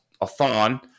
a-thon